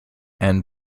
and